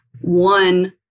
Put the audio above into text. one